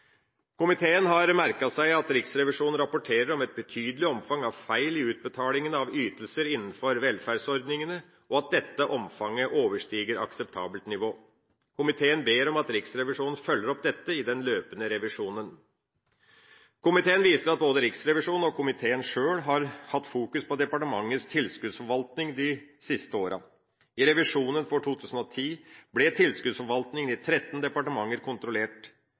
Komiteen har merket seg at Riksrevisjonen rapporterer om et betydelig omfang av feil i utbetalingen av ytelser innenfor velferdsordningene, og at dette omfanget overstiger akseptabelt nivå. Komiteen ber om at Riksrevisjonen følger opp dette i den løpende revisjonen. Komiteen viser til at både Riksrevisjonen og komiteen sjøl har hatt fokus på departementets tilskuddsforvaltning de siste åra. I revisjonen for 2010 ble tilskuddsforvaltninga i 13 departementer kontrollert.